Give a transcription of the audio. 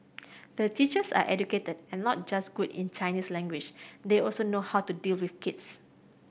the teachers are educated and not just good in Chinese language they also know how to deal with kids